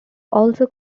also